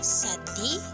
sadly